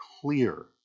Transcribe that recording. clear